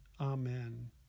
Amen